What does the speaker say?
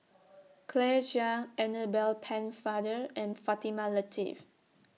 Claire Chiang Annabel Pennefather and Fatimah Lateef